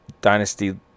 dynasty